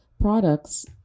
products